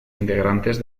integrantes